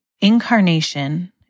incarnation